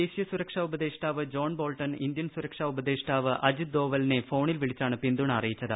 ദേശീയ സുരക്ഷാ ഉപദേഷ്ടാവ് ജോൺ ബോൾട്ടൻ ഇന്ത്യൻ സുരക്ഷാ ഉപദേഷ്ടാവ് അജിത് ഡോവ്വലിന്റെ ഫോണിൽ വിളിച്ചാണ് പിന്തുണ അറിയിച്ചത്